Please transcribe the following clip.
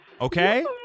Okay